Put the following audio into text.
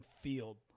field